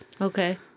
Okay